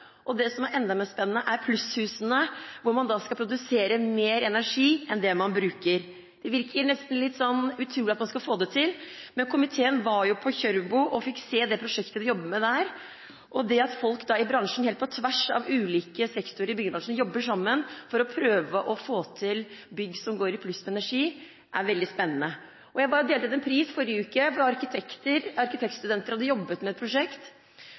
og det som er enda mer spennende, er plusshusene, hvor man skal produsere mer energi enn man bruker. Det virker nesten utrolig at man skal få det til. Men komiteen var jo på Kjørbo og fikk se det prosjektet man jobber med der. Og det at folk i bransjen – helt på tvers av ulike sektorer i byggebransjen – jobber sammen for å prøve å få til bygg som går i pluss på energi, er veldig spennende. Jeg delte ut en pris forrige uke til noen arkitektstudenter som hadde jobbet med et slikt prosjekt.